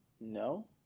no